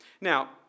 Now